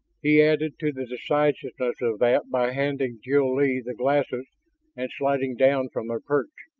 he added to the decisiveness of that by handing jil-lee the glasses and sliding down from their perch.